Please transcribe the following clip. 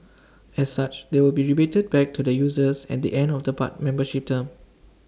as such they will be rebated back to the users at the end of the part membership term